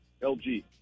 LG